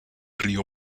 río